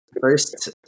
first